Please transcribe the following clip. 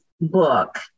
book